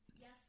Yes